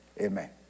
Amen